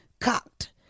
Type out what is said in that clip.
cocked